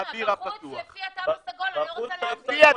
לא, בחוץ לפי התו הסגול, אני לא רוצה להגביל.